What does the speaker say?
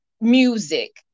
music